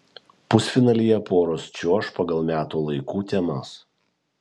pusfinalyje poros čiuoš pagal metų laikų temas